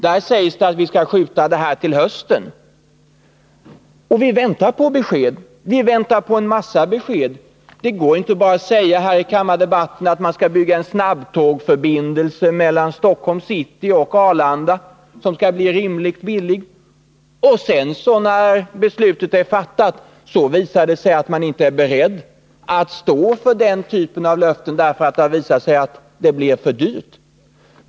Där sägs det att vi skall skjuta det här beslutet till hösten. Vi väntar på besked — vi väntar på en mängd besked. Det går inte att här i kammardebatten bara säga att man skall bygga en snabbtågförbindelse mellan Stockholms city och Arlanda, som skall bli rimligt billig, och sedan — när beslutet är fattat — visar det sig att man inte är beredd att stå för den typen av löften därför att det då står klart att det skulle bli för dyrt.